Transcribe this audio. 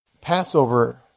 Passover